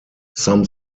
some